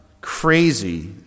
crazy